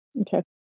Okay